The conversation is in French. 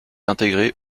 intégré